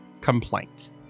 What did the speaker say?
complaint